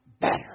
better